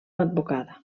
advocada